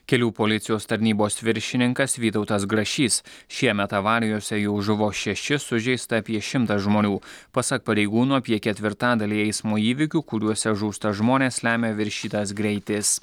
kelių policijos tarnybos viršininkas vytautas grašys šiemet avarijose jau žuvo šeši sužeista apie šimtą žmonių pasak pareigūnų apie ketvirtadalį eismo įvykių kuriuose žūsta žmonės lemia viršytas greitis